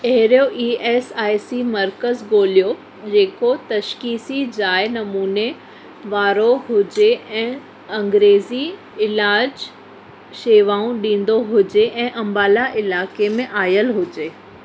अहिड़ो E S I C मर्कज़ ॻोल्हियो जेको तशख़ीसी जाइ नमूने वारो हुजे ऐं अंग्रेज़ी इलाजु शेवाऊं ॾींदो हुजे ऐं अम्बाला इलाइक़े में आयल हुजे